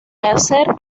hacer